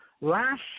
last